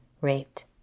raped